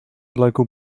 local